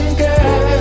girl